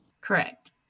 Correct